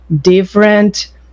different